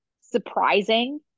surprising